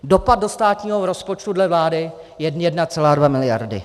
Dopad do státního rozpočtu dle vlády je 1,2 miliardy.